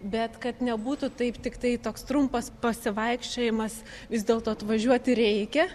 bet kad nebūtų taip tiktai toks trumpas pasivaikščiojimas vis dėlto atvažiuoti reikia